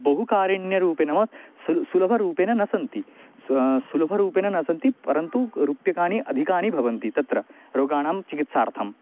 बहु कारुण्यरूपे नाम सु सुलभरूपेण न सन्ति स्व सुलभरूपेण न सन्ति परन्तु क् रुप्यकाणि अधिकानि भवन्ति तत्र रोगाणां चिकित्सार्थं